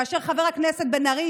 כאשר חבר הכנסת בן ארי,